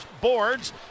boards